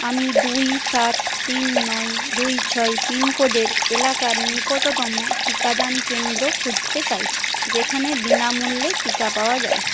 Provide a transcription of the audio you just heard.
আমি দুই সাত তিন নয় দুই ছয় পিনকোডের এলাকার নিকটতম টিকাদান কেন্দ্র খুঁজতে চাই যেখানে বিনামূল্যে টিকা পাওয়া যায়